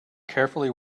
carefully